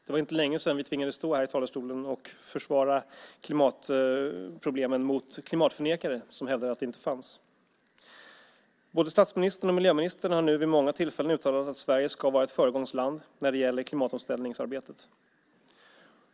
Det är inte länge sedan vi tvingades stå i talarstolen och försvara klimatproblemen mot klimatförnekare, som hävdade att problemen inte fanns. Både statsministern och miljöministern har vid många tillfällen uttalat att Sverige ska vara ett föregångsland när det gäller klimatomställningsarbetet.